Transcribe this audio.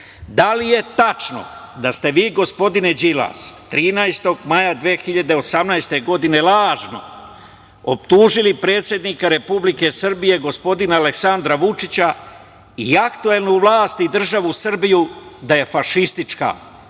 da li je tačno da ste vi, gospodine Đilas, 13. maja 2018. godine, lažno optužili predsednika Republike Srbije, gospodina Aleksandra Vučića i aktuelnu vlast i državu Srbiju da je fašistička,